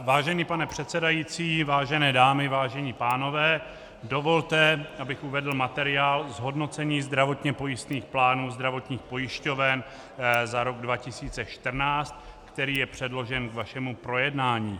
Vážený pane předsedající, vážené dámy, vážení pánové, dovolte, abych uvedl materiál zhodnocení zdravotně pojistných plánů zdravotních pojišťoven za rok 2014, který je předložen k vašemu projednání.